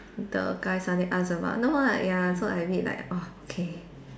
the guy suddenly ask about no ah ya so I a bit like oh okay